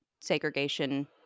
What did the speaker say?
segregation